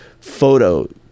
photo